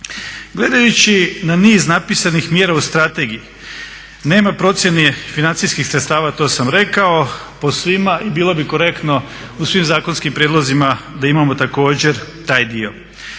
Gledajući na niz napisanih mjera u strategiji nema procjene financijskih sredstava, to sam rekao po svima i bilo bi korektno u svim zakonskim prijedlozima da imamo također taj dio.